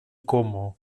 como